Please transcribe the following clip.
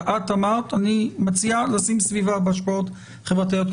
את אמרת שאת מציעה להוסיף סביבה בהשפעות חברתיות.